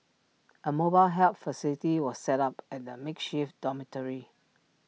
A mobile help facility was set up at the makeshift dormitory